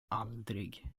aldrig